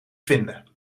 vinden